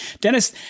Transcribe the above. Dennis